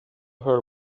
her